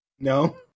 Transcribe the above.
No